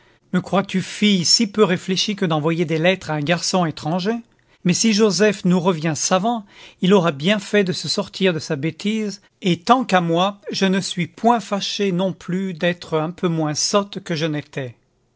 me crois-tu fille si peu réfléchie que d'envoyer des lettres à un garçon étranger mais si joseph nous revient savant il aura bien fait de se sortir de sa bêtise et tant qu'à moi je ne suis point fâchée non plus d'être un peu moins sotte que je n'étais